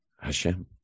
Hashem